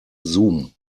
zoom